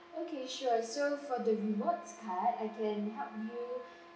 okay sure so for the rewards card I can help you